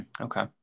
Okay